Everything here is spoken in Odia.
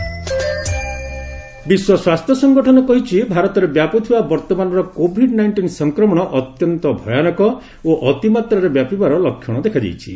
ଡବୂଏଚ୍ଓ କୋଭିଡ ବିଶ୍ୱ ସ୍ୱାସ୍ଥ୍ୟ ସଂଗଠନ କହିଛି ଭାରତରେ ବ୍ୟାପୁଥିବା ବର୍ତ୍ତମାନର କୋଭିଡ ନାଇଷ୍ଟିନ୍ ସଂକ୍ମଣ ଅତ୍ୟନ୍ତ ଭୟାନକ ଓ ଅତିମାତାରେ ବ୍ୟାପିବାର ଲକ୍ଷଣ ଦେଖାଦେଇଛି